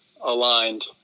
aligned